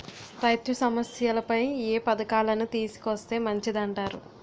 రైతు సమస్యలపై ఏ పథకాలను తీసుకొస్తే మంచిదంటారు?